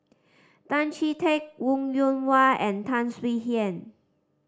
Tan Chee Teck Wong Yoon Wah and Tan Swie Hian